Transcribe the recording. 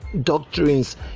doctrines